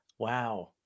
Wow